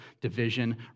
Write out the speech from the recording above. division